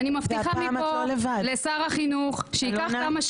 אני ממש מתרגשת מזה שיש פה אנשים